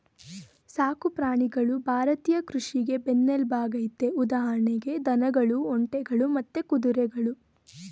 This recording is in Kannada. ಸಾಕು ಪ್ರಾಣಿಗಳು ಭಾರತೀಯ ಕೃಷಿಗೆ ಬೆನ್ನೆಲ್ಬಾಗಯ್ತೆ ಉದಾಹರಣೆಗೆ ದನಗಳು ಒಂಟೆಗಳು ಮತ್ತೆ ಕುದುರೆಗಳು